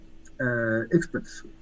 experts